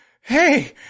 hey